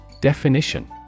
Definition